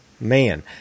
Man